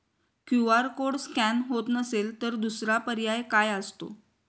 QR code scan होत नसेल तर दुसरा पर्याय काय असतो?